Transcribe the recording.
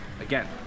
Again